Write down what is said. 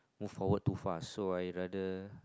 move forward too far so I rather